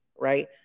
right